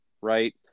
right